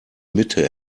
mitte